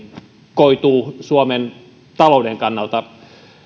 koituvat suomen talouden kannalta